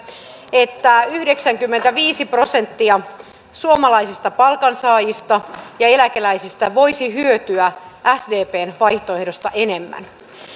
että yhdeksänkymmentäviisi prosenttia suomalaisista palkansaajista ja eläkeläisistä voisi hyötyä sdpn vaihtoehdosta enemmän